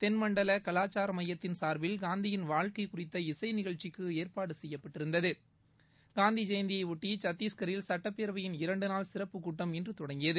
தென்மண்டல கலாச்சார மையத்தின் சார்பில் காந்தியின் வாழ்க்கை குறித்த இசைநிகழ்ச்சிக்கு ஏற்பாடு செய்யப்பட்டிருந்தது காந்தி ஜெயந்தியையொட்டி சத்தீஸ்கரில் சட்டப்பேரவையின் இரன்டு நாள் சிறப்பு கூட்டம் இன்று தொடங்கியது